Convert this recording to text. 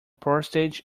postage